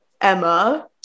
Emma